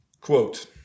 Quote